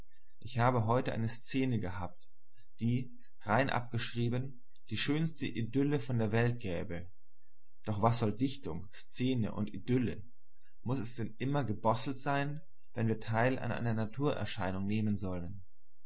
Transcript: ich habe heute eine szene gehabt die rein abgeschrieben die schönste idylle von der welt gäbe doch was soll dichtung szene und idylle muß es denn immer gebosselt sein wenn wir teil an einer naturerscheinung nehmen sollen